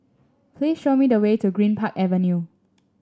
please show me the way to Greenpark Avenue